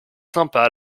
sympa